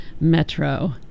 metro